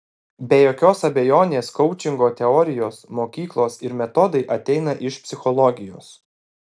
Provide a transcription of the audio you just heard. be jokios abejonės koučingo teorijos mokyklos ir metodai ateina iš psichologijos